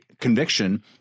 conviction